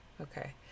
Okay